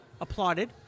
applauded